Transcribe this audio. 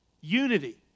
Unity